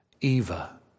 Eva